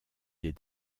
des